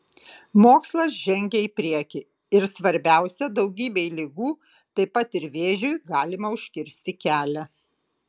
mokslas žengia į priekį ir svarbiausia daugybei ligų taip pat ir vėžiui galima užkirsti kelią